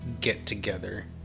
get-together